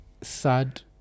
sad